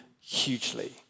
hugely